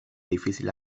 difícil